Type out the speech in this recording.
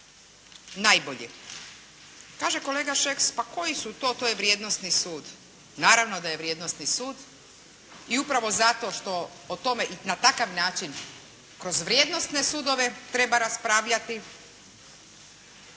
najbolji? Kaže kolega Šeks pa koji su to, pa to je vrijednosni sud. Naravno da je vrijednosni sud i upravo zato što o tome na takav način kroz vrijednosne sudove treba raspravljati